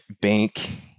bank